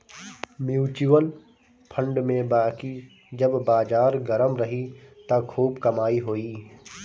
mutual fund में बाकी जब बाजार गरम रही त खूब कमाई होई